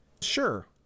sure